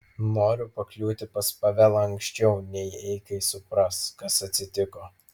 noriu pakliūti pas pavelą anksčiau nei eikai supras kas atsitiko